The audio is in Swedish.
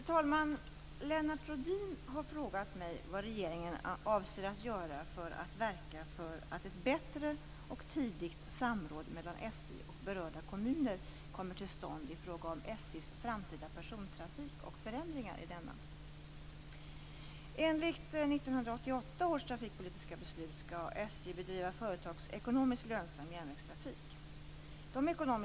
Fru talman! Lennart Rohdin har frågat mig vad regeringen avser att göra för att verka för att ett bättre och tidigt samråd mellan SJ och berörda kommuner kommer till stånd i fråga om SJ:s framtida persontrafik och förändringar i denna.